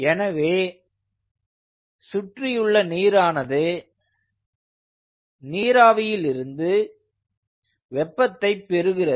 எனவே சுற்றியுள்ள நீரானது நீராவியில் இருந்து வெப்பத்தை பெறுகிறது